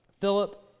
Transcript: Philip